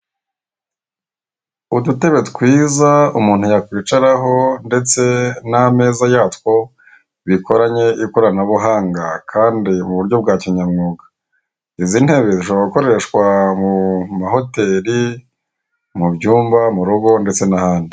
Udutebe twiza umuntu yakwicaraho ndetse n'ameza yatwo bikoranye ikoranabuhanga kandi mu buryo bwa kinyamwuga. Izi ntebe zishobora gukoreshwa mu ma hoteli, mu byumba mu rugo ndetse n'ahandi.